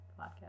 podcast